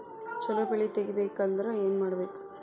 ಛಲೋ ಬೆಳಿ ತೆಗೇಬೇಕ ಅಂದ್ರ ಏನು ಮಾಡ್ಬೇಕ್?